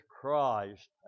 Christ